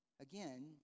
again